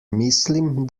mislim